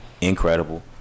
Incredible